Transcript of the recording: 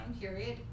period